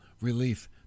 relief